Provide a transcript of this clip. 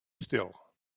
still